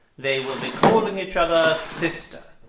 they will be calling each other sister.